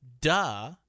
duh